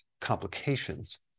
complications